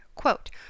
Quote